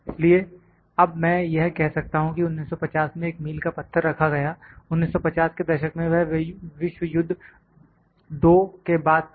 इसलिए अब मैं यह कह सकता हूं कि 1950 में एक मील का पत्थर रखा गया 1950 के दशक में वह विश्व युद्ध II के बाद था